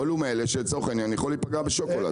הוא אחד מהספקים שלצורך העניין יכול להיפגע משוקולד.